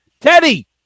Teddy